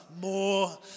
more